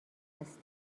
است